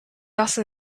also